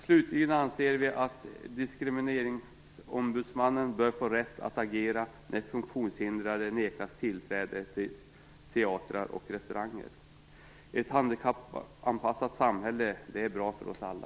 Slutligen anser vi att Diskrimineringsombudsmannen bör få rätt att agera när funktionshindrade nekas tillträde till teatrar och restauranger. Ett handikappanpassat samhälle är bra för oss alla.